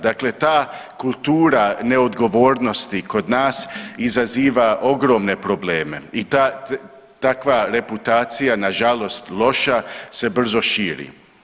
Dakle, ta kultura neodgovornosti kod nas izaziva ogromne probleme i takva reputacija nažalost loša se brzo širi.